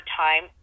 time